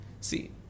See